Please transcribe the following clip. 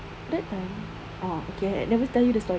that time uh okay eh I never tell you the story eh